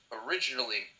originally